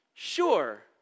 Sure